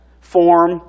form